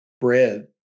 bread